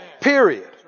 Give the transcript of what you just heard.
Period